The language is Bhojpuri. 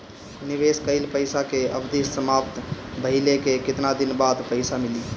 निवेश कइल पइसा के अवधि समाप्त भइले के केतना दिन बाद पइसा मिली?